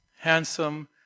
handsome